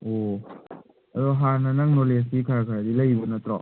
ꯑꯣ ꯑꯗꯨ ꯍꯥꯟꯅ ꯅꯪ ꯅꯣꯂꯦꯖꯇꯤ ꯈꯔ ꯈꯔꯗꯤ ꯂꯩꯕ ꯅꯠꯇ꯭ꯔꯣ